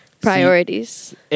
priorities